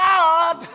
God